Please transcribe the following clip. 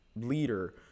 leader